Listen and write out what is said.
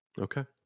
Okay